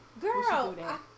girl